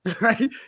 right